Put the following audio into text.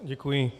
Děkuji.